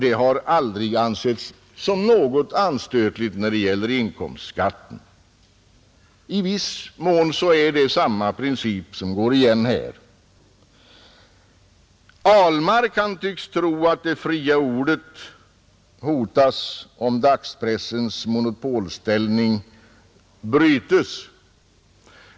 Det har aldrig ansetts vara något anstötligt när det gäller inkomstskatten, och i viss mån går samma princip igen här. Herr Ahlmark tycks tro att det fria ordet hotas, om dagspressens monopolställning bryts.